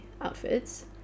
outfits